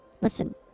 listen